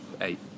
eight